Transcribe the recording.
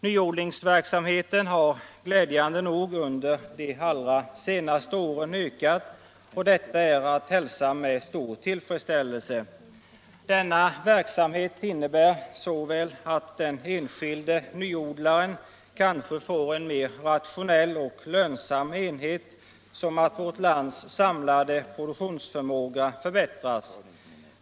Nyodlingsverksamheten har glädjande nog under de allra senaste åren ökat, och detta är att hälsa med stor tillfredsställelse. Denna verksamhet innebär såväl att den enskilde nyodlaren kanske får en mer rationell och lönsam enhet som att vårt lands samlade produktionsförmåga förbättras.